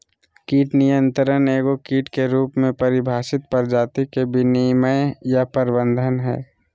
कीट नियंत्रण एगो कीट के रूप में परिभाषित प्रजाति के विनियमन या प्रबंधन हइ